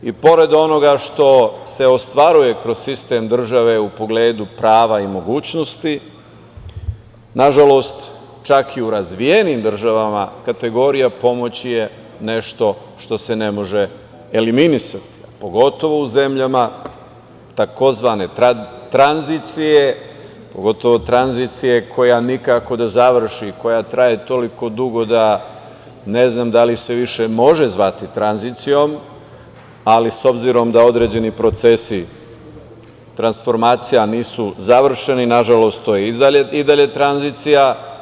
Pored onoga što se ostvaruje kroz sistem države u pogledu prava i mogućnosti, nažalost, čak i u razvijenim državama kategorija pomoći je nešto što se ne može eliminisati, pogotovo u zemljama tzv. tranzicije, pogotovo tranzicije koja nikako da završi, koja traje toliko dugo da ne znam da li se više može zvati tranzicijom, ali s obzirom da određeni procesi transformacija nisu završeni, nažalost, to je i dalje tranzicija.